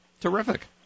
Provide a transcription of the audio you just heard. Terrific